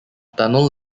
tunnel